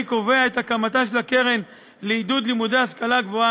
קובע את הקמתה של הקרן לעידוד לימודי השכלה גבוהה,